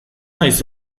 naiz